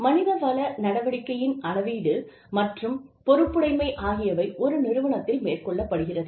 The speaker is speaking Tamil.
மனிதவள நடவடிக்கைகளின் அளவீடு மற்றும் பொறுப்புடைமை ஆகியவை ஒரு நிறுவனத்தில் மேற்கொள்ளப்படுகிறது